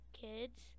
kids